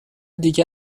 دیگه